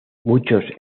muchos